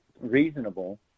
reasonable